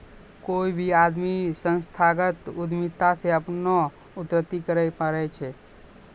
कोय भी आदमी संस्थागत उद्यमिता से अपनो उन्नति करैय पारै छै